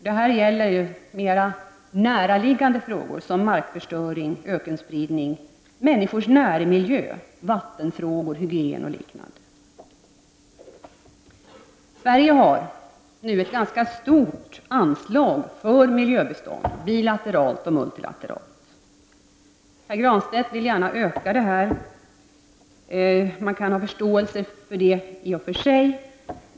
Det gäller mer näraliggande frågor som markförstöring, ökenspridning, människors närmiljö, vattenfrågor, hygien osv. Sverige har nu ett ganska stort anslag för miljöbistånd, bilateralt och multilateralt. Pär Granstedt vill gärna öka detta anslag. Man kan ha förståelse för det i och för sig.